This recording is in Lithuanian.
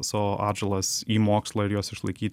savo atžalas į mokslą ir juos išlaikyti